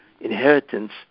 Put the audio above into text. inheritance